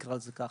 נקרא לזה כך,